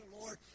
Lord